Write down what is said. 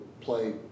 play